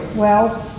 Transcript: well,